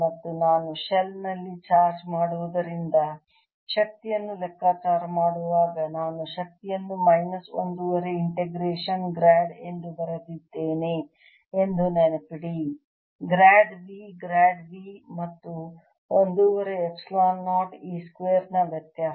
ಮತ್ತು ನಾನು ಶೆಲ್ ನಲ್ಲಿ ಚಾರ್ಜ್ ಮಾಡುವುದರಿಂದ ಶಕ್ತಿಯನ್ನು ಲೆಕ್ಕಾಚಾರ ಮಾಡುವಾಗ ನಾನು ಶಕ್ತಿಯನ್ನು ಮೈನಸ್ ಒಂದೂವರೆ ಇಂಟಿಗ್ರೇಷನ್ ಗ್ರಾಡ್ ಎಂದು ಬರೆದಿದ್ದೇನೆ ಎಂದು ನೆನಪಿಡಿ ಗ್ರಾಡ್ V ಗ್ರಾಡ್ V ಮತ್ತು ಒಂದೂವರೆ ಎಪ್ಸಿಲಾನ್ 0 E ಸ್ಕ್ವೇರ್ ನ ವ್ಯತ್ಯಾಸ